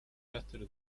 better